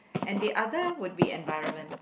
and the other would be environment